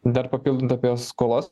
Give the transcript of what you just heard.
dar papildant apie skolas